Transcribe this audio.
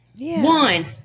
One